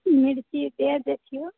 मिरचीके देखियौ